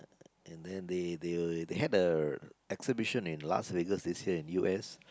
and then they they they they had a exhibition in Las-Vegas this year in U_S